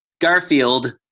Garfield